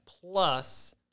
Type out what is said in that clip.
plus